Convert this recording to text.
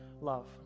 love